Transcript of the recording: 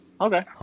Okay